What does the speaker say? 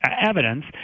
evidence